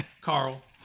Carl